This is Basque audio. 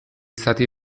zati